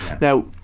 now